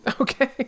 Okay